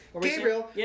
Gabriel